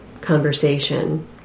conversation